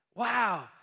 Wow